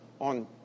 On